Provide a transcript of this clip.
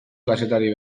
kazetari